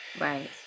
Right